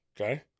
Okay